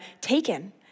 taken